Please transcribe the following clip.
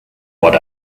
what